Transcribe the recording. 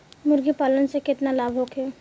मुर्गीपालन से केतना लाभ होखे?